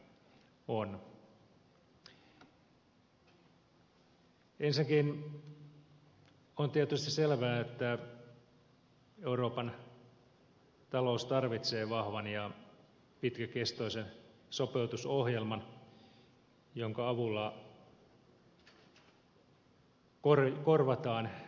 ensinnäkin on tietysti selvää että euroopan talous tarvitsee vahvan ja pitkäkestoisen sopeutusohjelman jonka avulla korvataan budjettikokonaisuuden epätasapaino